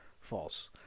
false